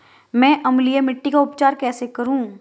मैं अम्लीय मिट्टी का उपचार कैसे करूं?